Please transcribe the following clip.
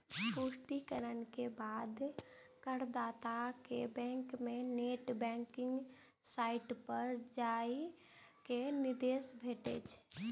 पुष्टिकरण के बाद करदाता कें बैंक के नेट बैंकिंग साइट पर जाइ के निर्देश भेटै छै